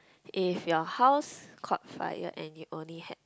if your house caught fire and you only had